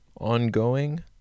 ongoing